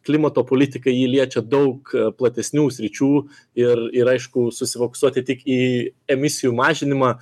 klimato politikai jį liečia daug platesnių sričių ir ir aišku susifokusuoti tik į emisijų mažinimą